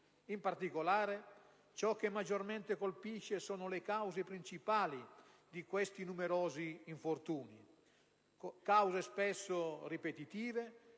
In particolare, ciò che maggiormente colpisce sono le cause principali di questi numerosi infortuni: cause spesso ripetitive,